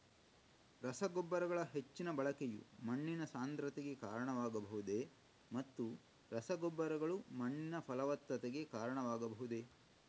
ರಸಗೊಬ್ಬರಗಳ ಹೆಚ್ಚಿನ ಬಳಕೆಯು ಮಣ್ಣಿನ ಸಾಂದ್ರತೆಗೆ ಕಾರಣವಾಗಬಹುದೇ ಮತ್ತು ರಸಗೊಬ್ಬರಗಳು ಮಣ್ಣಿನ ಫಲವತ್ತತೆಗೆ ಕಾರಣವಾಗಬಹುದೇ?